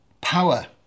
power